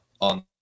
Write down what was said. on